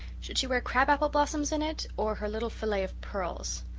should she wear crab-apple blossoms in it, or her little fillet of pearls?